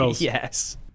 yes